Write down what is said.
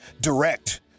direct